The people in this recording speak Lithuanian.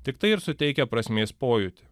tik tai ir suteikia prasmės pojūtį